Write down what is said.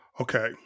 Okay